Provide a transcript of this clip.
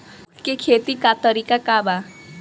उख के खेती का तरीका का बा?